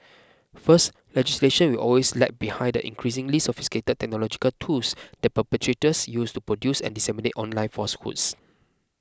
first legislation will always lag behind the increasingly sophisticated technological tools that perpetrators use to produce and disseminate online falsehoods